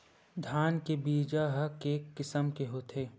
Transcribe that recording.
धान के बीजा ह के किसम के होथे?